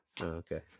Okay